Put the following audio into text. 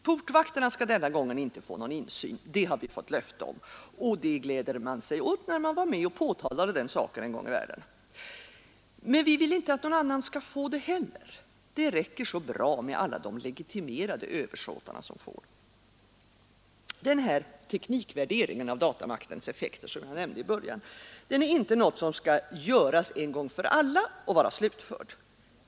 Portvakterna skall den här gången inte få någon insyn. Det har vi fått löfte om, och det gläder man sig åt, när man själv var med och påtalade den saken en gång i världen. Men vi vill inte att någon annan skall få det heller! Det räcker så bra med alla de legitimerade översåtarna som får det. Den teknikvärdering av datamaktens effekter som jag nämnde i början är inte något som kan göras en gång för alla och bli slutförd.